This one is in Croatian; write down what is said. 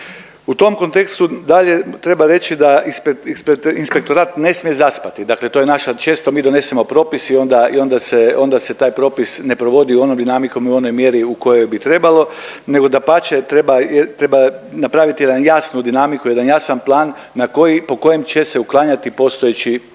U tom kontekstu dalje treba reći da inspektorat ne smije zaspati, dakle to je naša, često mi donesemo propis i onda, i onda se, onda se taj propis ne provodi onom dinamikom i u onoj mjeri u kojoj bi trebalo nego dapače treba, treba napraviti jedan jasnu dinamiku, jedan jasan plan na koji, po kojem će se uklanjati postojeći,